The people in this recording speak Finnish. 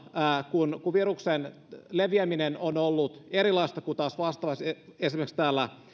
kun kun viruksen leviäminen on ollut erilaista kuin taas vastaavasti esimerkiksi täällä